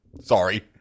sorry